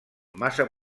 massa